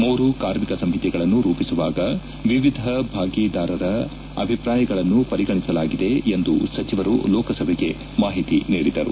ಮೂರು ಕಾರ್ಮಿಕ ಸಂಹಿತೆಗಳನ್ನು ರೂಪಿಸುವಾಗ ವಿವಿಧ ಭಾಗಿದಾರರ ಅಭಿಪ್ರಾಯಗಳನ್ನು ಪರಿಗಣಿಸಲಾಗಿದೆ ಎಂದು ಸಚಿವರು ಲೋಕಸಭೆಗೆ ಮಾಹಿತಿ ನೀಡಿದರು